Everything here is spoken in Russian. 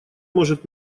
может